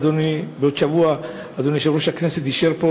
ואדוני יושב-ראש הכנסת גם אישר היום